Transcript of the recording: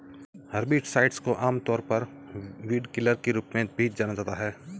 herbicides को आमतौर पर वीडकिलर के रूप में भी जाना जाता है